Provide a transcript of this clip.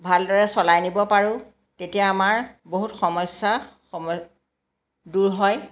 ভলদৰে চলাই নিব পাৰোঁ তেতিয়া আমাৰ বহুত সমস্যা সময় দূৰ হয়